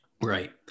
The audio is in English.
right